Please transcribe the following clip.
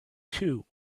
too